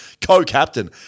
Co-captain